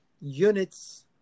units